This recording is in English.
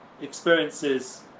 experiences